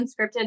Unscripted